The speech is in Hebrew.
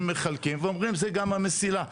מחלקים ואומרים זה גם המסילה,